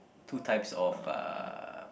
two types of uh